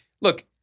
Look